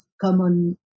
common